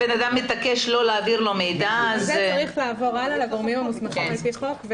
אז צריך לעבור הלאה לגורמים המוסמכים לפי חוק.